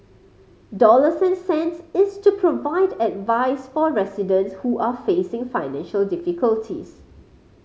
dollars and cents is to provide advice for residents who are facing financial difficulties